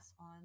on